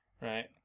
Right